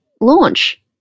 launch